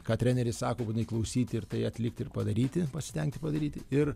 ką treneris sako būtinai klausyti ir tai atlikti ir padaryti pasistengti padaryti ir